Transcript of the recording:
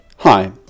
Hi